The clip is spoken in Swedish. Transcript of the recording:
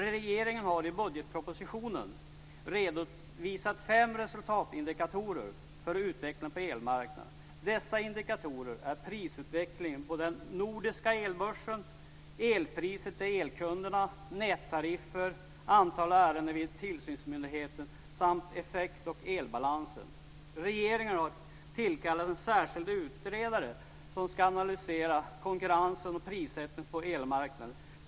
Regeringen har i budgetpropositionen redovisat fem resultatindikatorer för utvecklingen på elmarknaden. Dessa indikatorer är prisutvecklingen på den nordiska elbörsen, elpriser till elkunderna, nättariffer, antal ärenden vid tillsynsmyndigheten samt effekt och elbalansen. Regeringen har tillkallat en särskild utredare som ska analysera konkurrensen och prissättningen på elmarknaden.